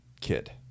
kid